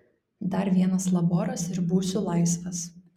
dar vienas laboras ir būsiu laisvas